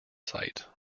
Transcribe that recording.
site